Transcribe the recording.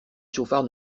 chauffards